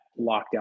lockdown